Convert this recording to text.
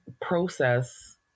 process